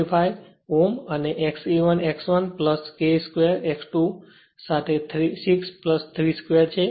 65 Ω અને Xe 1 x 1 K2 2 X2 સાથે 6 3 2 છે